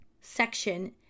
section